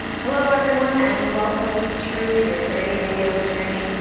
hello everyone and welcome to true, your thirty day yoga journey.